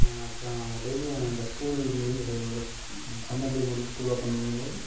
அப்புறோம் டெய்லியும் அந்த ஸ்கூல் முடிஞ்சு ஸ்க் சம்மர் லீவ் முடிஞ்சு ஸ்கூல் ஓப்பன் பண்ணும்போது